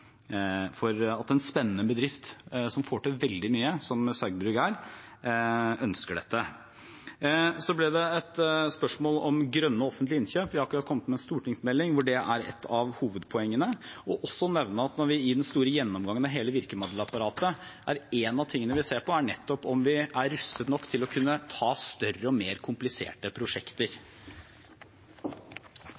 at en spennende bedrift – som Saugbrugs er – som får til veldig mye, ønsker dette. Det var et spørsmål om grønne offentlige innkjøp. Vi har akkurat kommet med en stortingsmelding hvor det er et av hovedpoengene. Jeg vil også nevne at i den store gjennomgangen av hele virkemiddelapparatet er én av tingene vi ser på, nettopp om vi er rustet nok til å kunne ta større og mer kompliserte prosjekter.